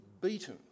beaten